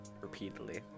repeatedly